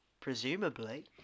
Presumably